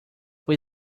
fue